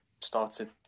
started